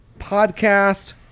Podcast